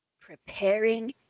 preparing